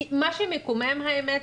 כי מה שמקומם האמת,